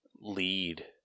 lead